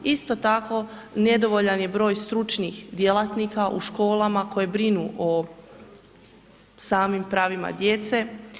Isto tako nedovoljan je broj stručnih djelatnika u školama koje brinu o samim pravima djece.